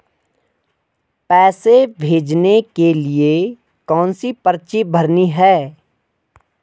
पैसे भेजने के लिए कौनसी पर्ची भरनी है?